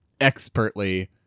expertly